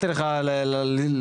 אנחנו